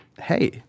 Hey